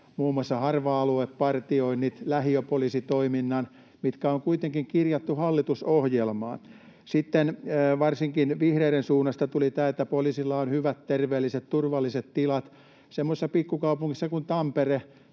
muun muassa harva-aluepartioinnit ja lähiöpoliisitoiminnan, mitkä on kuitenkin kirjattu hallitusohjelmaan? Sitten varsinkin vihreiden suunnasta tuli tämä, että poliisilla on hyvät, terveelliset ja turvalliset tilat. Semmoisessa pikkukaupungissa kuin Tampere